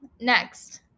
next